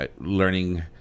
Learning